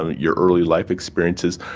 ah your early life experiences,